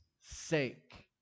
sake